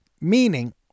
Meaning